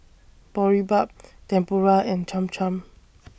Boribap Tempura and Cham Cham